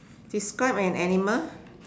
describe an animal